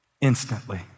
Instantly